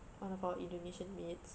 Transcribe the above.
one of our indonesian maids